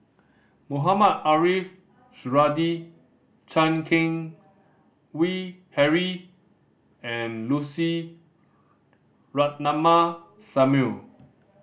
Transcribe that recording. Mohamed Ariff Suradi Chan Keng Howe Harry and Lucy Ratnammah Samuel